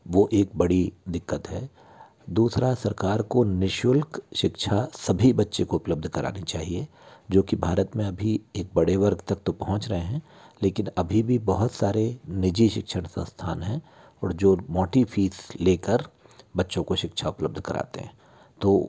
वो एक बड़ी दिक्कत है दूसरा सरकार को निशुल्क शिक्षा सभी बच्चे को उप्लब्ध करानी चाहिए जो कि भारत में अभी एक बड़े वर्ग तक तो पहुंच रहे हैं लेकिन अभी भी बहुत सारे निजी शिक्षण संस्थान हैं और जो मोटी फ़ीस ले कर बच्चों को शिक्षा उप्लब्ध कराते हैं तो